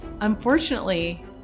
Unfortunately